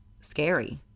Scary